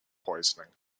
poisoning